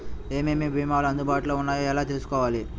ఏమేమి భీమాలు అందుబాటులో వున్నాయో ఎలా తెలుసుకోవాలి?